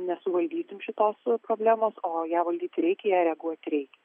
nesuvaldysim šitos problemos o ją valdyti reikia į ją reaguot reikia